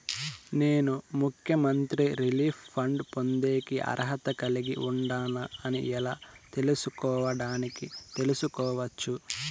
నేను ముఖ్యమంత్రి relief fund పొందేకి అర్హత కలిగి ఉండానా అని ఎలా తెలుసుకోవడానికి తెలుసుకోవచ్చు